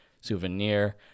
Souvenir